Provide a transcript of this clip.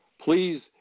Please